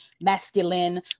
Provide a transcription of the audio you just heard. masculine